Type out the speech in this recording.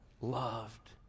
loved